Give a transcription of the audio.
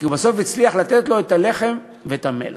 כי הוא בסוף הצליח לתת להם את הלחם ואת המלח.